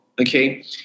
okay